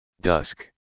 Dusk